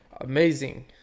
amazing